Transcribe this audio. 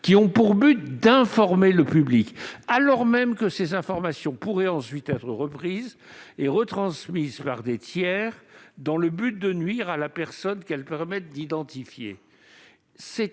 qui ont pour but d'informer le public alors même que ces informations pourraient ensuite être reprises et retransmises par des tiers dans le but de nuire à la personne qu'elles permettent d'identifier